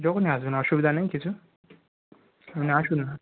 যখনই আসবেন অসুবিধা নেই কিছু আপনি আসুন না